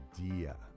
idea